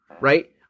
right